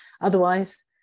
otherwise